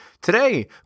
today